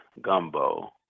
gumbo